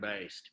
based